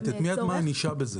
את מי את מעניקה בזה?